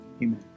Amen